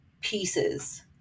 pieces